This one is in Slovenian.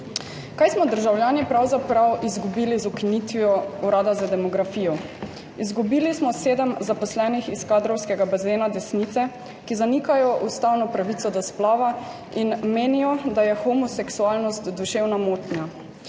Kaj smo državljani pravzaprav izgubili z ukinitvijo Urada za demografijo? Izgubili smo sedem zaposlenih iz kadrovskega bazena desnice, ki zanikajo ustavno pravico do splava in menijo, da je homoseksualnost duševna motnja.